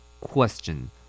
Question